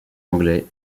anglais